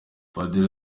padiri